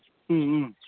ꯎꯝ